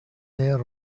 there